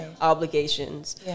obligations